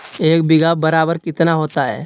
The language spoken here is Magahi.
एक बीघा बराबर कितना होता है?